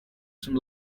some